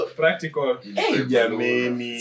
practical